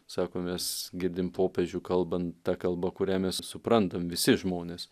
sako mes girdim popiežių kalbant ta kalba kurią mes suprantam visi žmonės